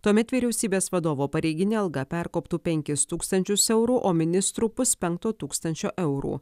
tuomet vyriausybės vadovo pareiginė alga perkoptų penkis tūkstančius eurų o ministrų puspenkto tūkstančio eurų